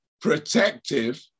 protective